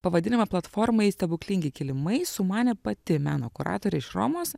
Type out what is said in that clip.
pavadinimą platformai stebuklingi kilimai sumanė pati meno kuratorė iš romos